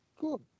Cool